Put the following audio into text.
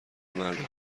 مردا